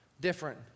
different